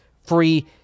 free